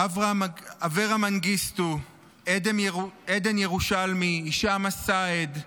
אברה מנגיסטו, עדן ירושלמי, הישאם א-סייד,